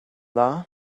dda